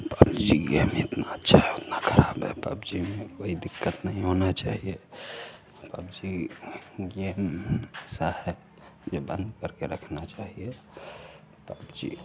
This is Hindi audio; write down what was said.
पबजी गेम जितना अच्छा है उतना खराब है पबजी में कोई दिक्कत नहीं होना चाहिए पबजी गेम ऐसा है जो बंद करके रखना चाहिए पबजी